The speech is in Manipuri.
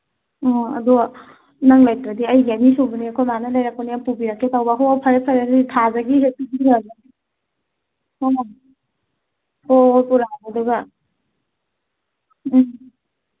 ꯑꯣ ꯑꯗꯣ ꯅꯪ ꯂꯩꯇ꯭ꯔꯗꯤ ꯑꯩꯒꯤ ꯑꯅꯤ ꯁꯨꯕꯅꯦ ꯑꯩꯈꯣꯏ ꯏꯃꯥꯅ ꯂꯩꯔꯛꯄꯅꯦ ꯑꯃ ꯄꯨꯕꯤꯔꯛꯛꯦ ꯇꯧꯕ ꯍꯣꯍꯣꯏ ꯐꯔꯦ ꯐꯔꯦ ꯑꯗꯨꯗꯤ ꯊꯥꯖꯒꯤ ꯍꯦꯛ ꯄꯤꯕꯤꯔꯒꯦ ꯍꯣꯍꯣꯏ ꯍꯣꯍꯣꯏ ꯄꯨꯔꯛꯑꯒꯦ ꯑꯗꯨꯒ ꯎꯝ